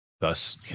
Thus